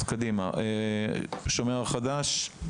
׳השומר החדש׳,